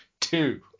Two